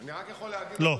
לא.